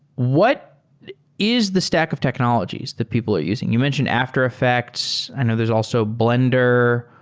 what is the stack of technologies that people are using? you mentioned after effects. i know there's also blender.